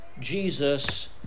Jesus